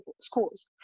schools